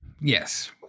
Yes